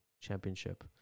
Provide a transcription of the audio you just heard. championship